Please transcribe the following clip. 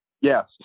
Yes